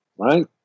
Right